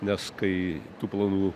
nes kai tų planų